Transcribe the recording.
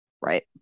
Right